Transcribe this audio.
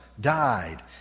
died